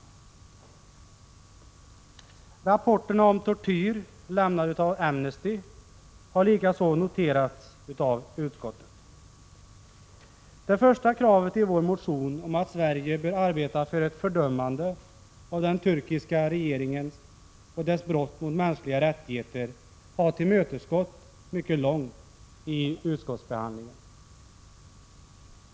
Likaså har utskottet noterat de rapporter om tortyr som Amnesty lämnat. Det första kravet i vår motion, vilket handlar om att Sverige bör arbeta för ett fördömande av den turkiska regeringen och dess brott mot mänskliga rättigheter, har man i mycket stor utsträckning tillmötesgått vid utskottsbehandlingen.